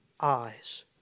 eyes